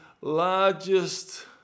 largest